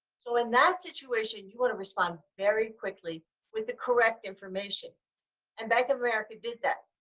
so in that situation you want to respond very quickly with the correct information and bank of america did that.